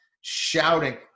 shouting